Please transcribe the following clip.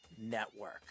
Network